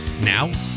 Now